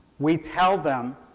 we tell them